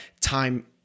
time